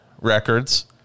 records